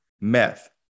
meth